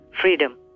freedom